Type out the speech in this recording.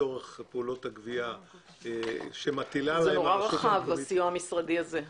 לצורך פעולות הגבייה- - זה נורא רחב הסיוע המשרדי הזה.